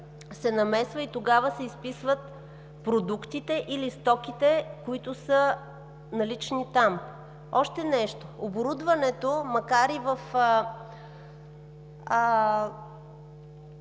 се намесва и тогава се изписват продуктите или стоките, които са налични там. Още нещо, оборудването, макар и в